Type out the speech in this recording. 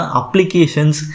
applications